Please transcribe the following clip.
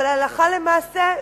אבל הלכה למעשה,